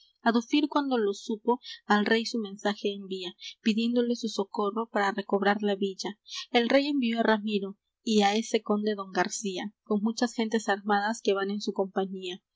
cuando lo supo al rey su mensaje envía pidiéndole su socorro para recobrar la villa el rey envió á ramiro y á ese conde don garcía con muchas gentes armadas que van en su compañía